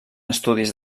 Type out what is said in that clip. estudis